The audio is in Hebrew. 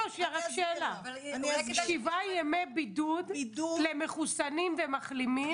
שבעה ימי בידוד למחוסנים ומחלימים?